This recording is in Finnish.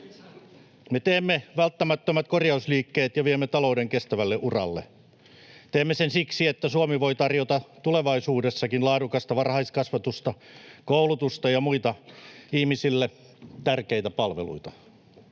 Me teemme välttämättömät korjausliikkeet ja viemme talouden kestävälle uralle. Teemme sen siksi, että Suomi voi tarjota tulevaisuudessakin laadukasta varhaiskasvatusta, koulutusta ja muita ihmisille tärkeitä palveluita.